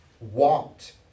walked